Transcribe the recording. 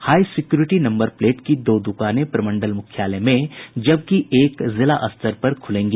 high security number plate की दो दुकानें प्रमंडल मुख्यालय में जबकि एक जिला स्तर पर खुलेगी